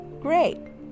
great